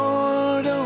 Lord